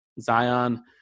Zion